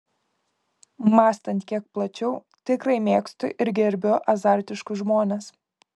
mąstant kiek plačiau tikrai mėgstu ir gerbiu azartiškus žmones